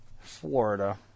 Florida